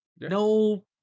no